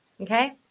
Okay